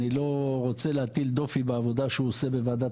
אני לא רוצה להטיל דופי בעבודה שהוא עושה בוועדת